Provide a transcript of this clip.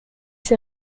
ses